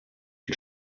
die